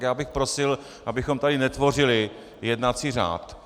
Já bych prosil, abychom tady netvořili jednací řád.